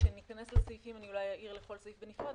כשניכנס לסעיפים אולי אעיר על כל סעיף בנפרד,